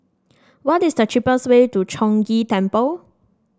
what is the cheapest way to Chong Ghee Temple